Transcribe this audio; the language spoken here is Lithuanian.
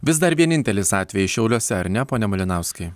vis dar vienintelis atvejis šiauliuose ar ne pone malinauskai